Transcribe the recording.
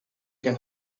can